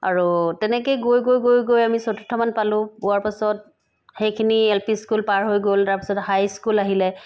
আৰু তেনেকৈ গৈ গৈ গৈ গৈ আমি চতুৰ্থ মান পালোঁ পোৱাৰ পাছত সেইখিনি এল পি স্কুল পাৰ হৈ গ'ল তাৰপিছত হাই স্কুল আহিলে